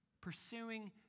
Pursuing